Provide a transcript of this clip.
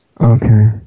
Okay